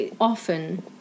often